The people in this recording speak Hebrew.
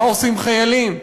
מה עושים חיילים,